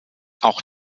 auch